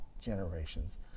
generations